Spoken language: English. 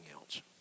else